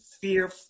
fear